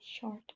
short